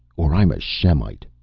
or i'm a shemite!